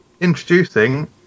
introducing